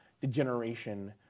degeneration